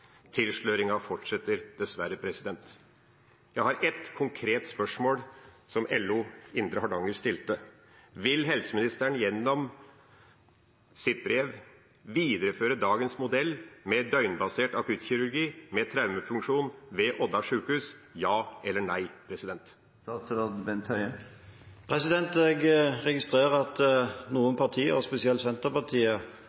Tilsløringen fortsetter, dessverre. Jeg har ett konkret spørsmål som LO i Indre Hardanger stilte: Vil helseministeren gjennom sitt brev videreføre dagens modell med døgnbasert akuttkirurgi med traumefunksjon ved Odda sjukehus? Ja eller nei? Jeg registrerer at